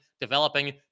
developing